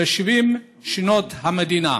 ב-70 שנות המדינה.